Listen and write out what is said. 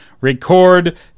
record